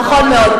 נכון מאוד.